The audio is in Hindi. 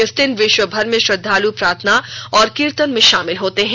इस दिन विश्वभर श्रद्धाल् प्रार्थना और कीर्तन में शामिल होते हैं